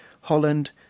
Holland